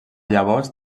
llavors